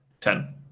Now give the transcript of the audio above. Ten